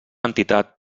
entitat